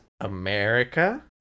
America